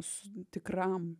s tikram